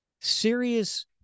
serious